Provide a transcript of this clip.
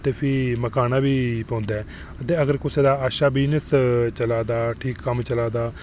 ते फ्ही मुकाना बी पौंदा ऐ ते अगर कुसै दा अच्छा बिज़नेस चला दा ठीक कम्म चला दा